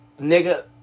Nigga